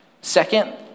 Second